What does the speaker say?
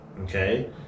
okay